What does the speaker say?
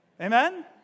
Amen